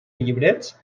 llibrets